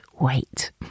wait